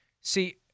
See